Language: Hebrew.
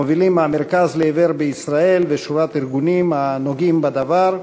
מובילים "המרכז לעיוור בישראל" ושורת ארגונים הנוגעים בדבר,